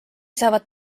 saavad